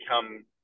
become